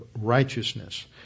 righteousness